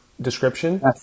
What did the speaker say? description